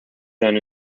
then